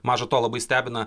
maža to labai stebina